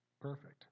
perfect